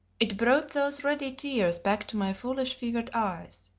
it brought those ready tears back to my foolish, fevered eyes.